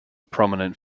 prominent